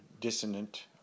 dissonant